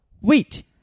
Wait